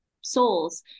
souls